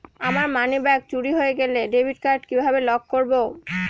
আমার মানিব্যাগ চুরি হয়ে গেলে ডেবিট কার্ড কিভাবে লক করব?